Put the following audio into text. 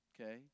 Okay